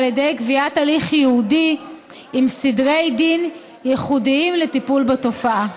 על ידי קביעת הליך ייעודי עם סדרי דין ייחודים לטיפול בתופעה.